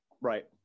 Right